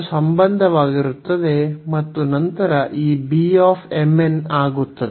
ಇದು ಸಂಬಂಧವಾಗಿರುತ್ತದೆ ಮತ್ತು ನಂತರ ಈ ಆಗುತ್ತದೆ